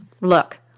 Look